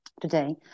today